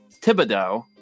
Thibodeau